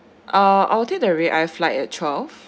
uh I'll take the redeye flight at twelve